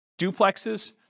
duplexes